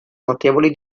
notevoli